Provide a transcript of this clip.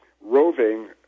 roving